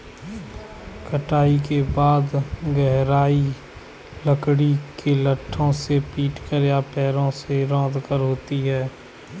कटाई के बाद गहराई लकड़ी के लट्ठों से पीटकर या पैरों से रौंदकर होती है